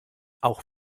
auch